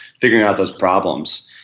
figuring out those problems.